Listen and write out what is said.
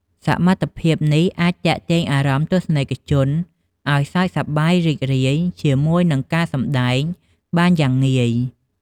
សមត្ថភាពនេះអាចទាក់ទាញអារម្មណ៍ទស្សនិកជនឱ្យសើចសប្បាយរីករាយជាមួយនឹងការសម្តែងបានយ៉ាងងាយ ។